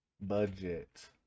budget